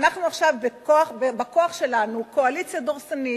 אנחנו עכשיו בכוח שלנו קואליציה דורסנית,